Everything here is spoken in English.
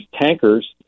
tankers